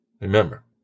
remember